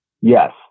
yes